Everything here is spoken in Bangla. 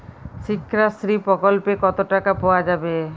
শিক্ষাশ্রী প্রকল্পে কতো টাকা পাওয়া যাবে?